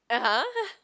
(uh huh)